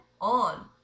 on